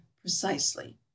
precisely